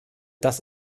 das